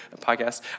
podcast